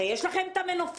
הרי יש לכם מנופים.